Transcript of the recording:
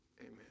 Amen